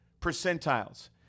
Percentiles